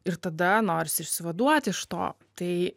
ir tada norisi išsivaduoti iš to tai